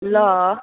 ल